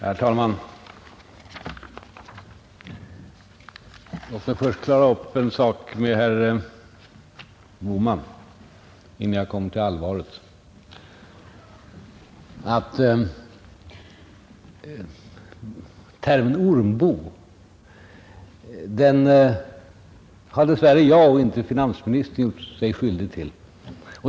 Herr talman! Låt mig klara upp en sak med herr Bohman innan jag kommer till allvaret: Termen ormbo har dess värre jag — och inte finansministern — gjort mig skyldig till.